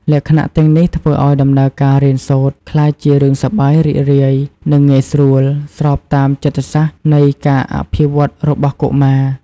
លក្ខណៈទាំងនេះធ្វើឲ្យដំណើរការរៀនសូត្រក្លាយជារឿងសប្បាយរីករាយ និងងាយស្រួល ស្របតាមចិត្តសាស្ត្រនៃការអភិវឌ្ឍន៍របស់កុមារ។